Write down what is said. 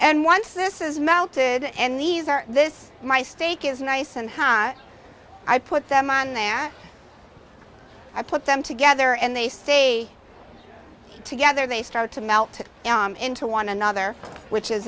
and once this is melted and these are this my steak is nice and i put them on there i put them together and they say together they start to melt into one another which is